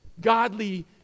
Godly